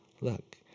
look